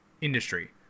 industry